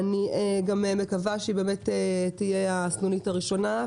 ואני גם מקווה שהיא תהיה הסנונית הראשונה,